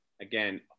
Again